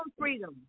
freedom